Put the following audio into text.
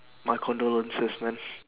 my condolences man